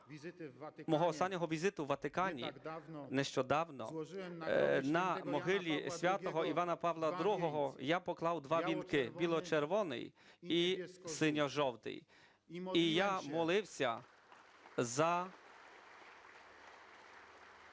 мого останнього візиту в Ватикані нещодавно на могилу святого Івана Павла II я поклав два вінки – біло-червоний і синьо-жовтий. І я молився разом